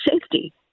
safety